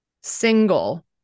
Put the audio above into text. single